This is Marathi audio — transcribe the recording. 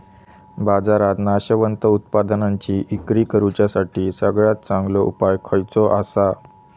बाजारात नाशवंत उत्पादनांची इक्री करुच्यासाठी सगळ्यात चांगलो उपाय खयचो आसा?